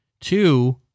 Two